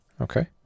Okay